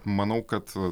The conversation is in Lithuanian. manau kad